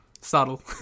subtle